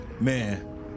Man